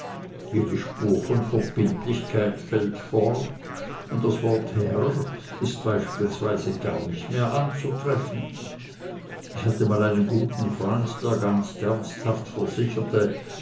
jede spur von verbindlichkeit fällt fort und das wort herr ist beispielsweise gar nicht mehr anzutreffen ich hatte mal einen freund der ganz ernsthaft versicherte